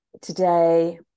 today